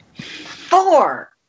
Four